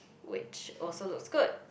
which also looks good